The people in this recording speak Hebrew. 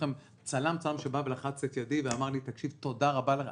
צלם שבא ולחץ את ידי ואמר לי: תודה רבה לך.